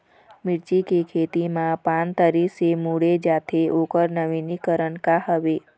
मिर्ची के खेती मा पान तरी से मुड़े जाथे ओकर नवीनीकरण का हवे?